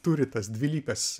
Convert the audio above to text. turi tas dvilypes